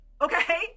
Okay